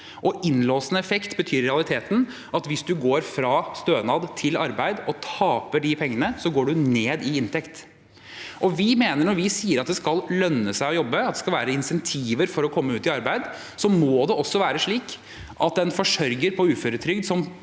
Innlåsende effekt betyr i realiteten at hvis man går fra stønad til arbeid og taper de pengene, går man ned i inntekt. Når vi sier det skal lønne seg å jobbe, at det skal være insentiver for å komme ut i arbeid, mener vi det også må være slik at en forsørger på uføretrygd